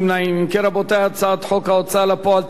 הצעת חוק ההוצאה לפועל (תיקון מס' 41),